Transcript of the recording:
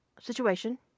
situation